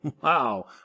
Wow